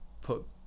put